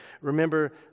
Remember